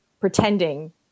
pretending